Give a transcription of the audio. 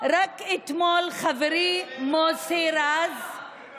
רק אתמול חברי מוסי רז, אין